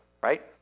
right